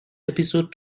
episode